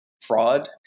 fraud